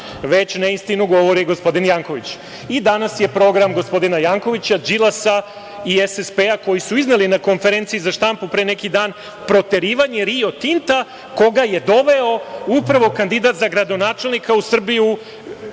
već neistinu govori gospodin Janković. I danas je program gospodina Jankovića, Đilasa i SSP-a koji su izneli na konferenciji za štampu pre neki dan proterivanje „Rio Tinta“ koga je doveo upravo kandidat za gradonačelnika u Srbiju,